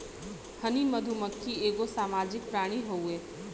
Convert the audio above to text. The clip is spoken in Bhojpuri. हनी मधुमक्खी एगो सामाजिक प्राणी हउवे